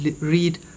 read